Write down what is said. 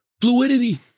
fluidity